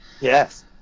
Yes